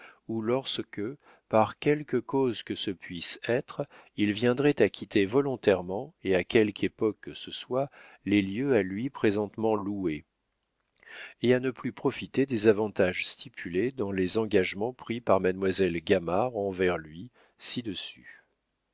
ou lorsque par quelque cause que ce puisse être il viendrait à quitter volontairement et à quelque époque que ce soit les lieux à lui présentement loués et à ne plus profiter des avantages stipulés dans les engagements pris par mademoiselle gamard envers lui ci-dessus